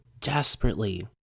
desperately